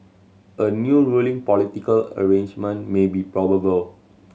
a new ruling political arrangement may be probable